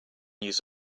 use